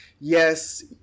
yes